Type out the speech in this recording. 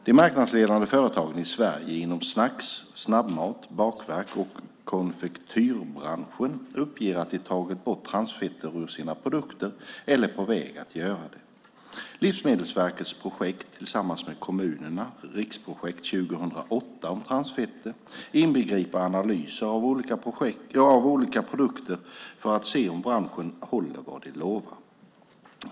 De marknadsledande företagen i Sverige inom snacks-, snabbmats-, bakverks och konfektyrbranschen uppger att de tagit bort transfetterna ur sina produkter eller är på väg att göra det. Livsmedelsverkets projekt tillsammans med kommunerna, Riksprojekt 2008 om transfett, inbegriper analyser av olika produkter för att se om branschen håller vad den lovar.